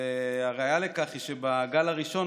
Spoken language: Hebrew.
והראיה לכך היא שבגל הראשון,